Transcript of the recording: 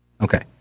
Okay